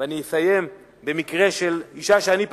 ואני אסיים במקרה של אשה שאני פגשתי.